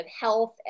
health